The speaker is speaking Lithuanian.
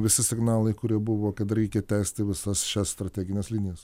visi signalai kurie buvo kad reikia tęsti visas šias strategines linijas